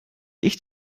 ich